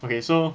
okay so